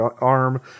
arm